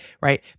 right